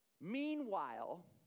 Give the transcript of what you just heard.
Meanwhile